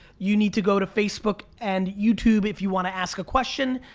you need to go to facebook and youtube if you want to ask a question.